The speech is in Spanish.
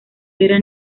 era